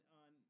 on